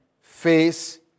face